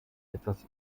etwas